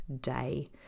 day